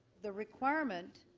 the requirement